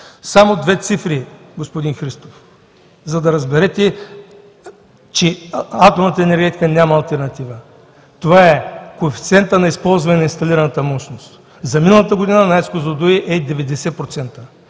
Само две цифри, господин Христов, за да разберете, че атомната енергетика няма алтернатива. Това е! Коефициентът на използване на инсталираната мощност за миналата година на АЕЦ „Козлодуй“ е 90%,